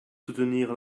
soutenir